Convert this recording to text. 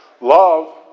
Love